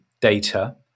data